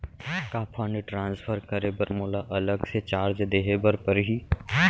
का fund transfer करे बर मोला अलग से चार्ज देहे बर परही?